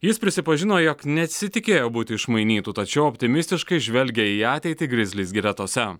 jis prisipažino jog nesitikėjo būti išmainytu tačiau optimistiškai žvelgia į ateitį grizlis gretose